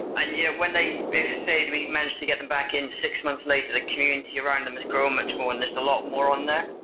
and you know when they, if say that we've managed to get them back in six months later, the community around them has grown much more and there's a lot more on there,